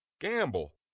Gamble